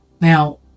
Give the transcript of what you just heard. Now